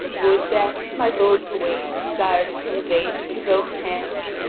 would, then, my lord gawain desire to kill yvain with his own hands,